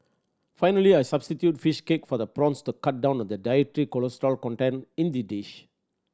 finally I substitute fish cake for the prawns to cut down on the dietary cholesterol content in the dish